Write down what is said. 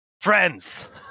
friends